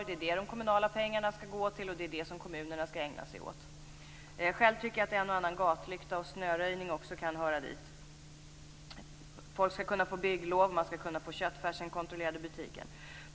Det är ju det som de kommunala pengarna skall gå till och det är det som kommunerna skall ägna sig åt. Själv tycker jag att en och annan gatlykta och snöröjning också kan höra dit. Folk skall kunna få bygglov. Man skall kunna få köttfärsen kontrollerad i butiken.